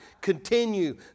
continue